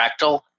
Fractal